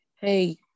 hey